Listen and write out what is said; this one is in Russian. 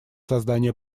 создание